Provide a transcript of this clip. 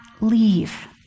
leave